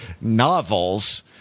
novels